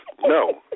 No